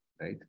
Right